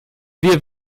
wir